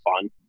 fun